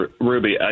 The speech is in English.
Ruby